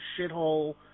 shithole